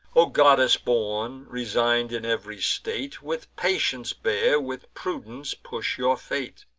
o goddess-born, resign'd in ev'ry state, with patience bear, with prudence push your fate.